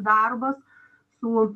darbas su